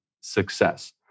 success